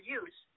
use